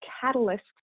catalyst